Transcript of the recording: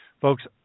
Folks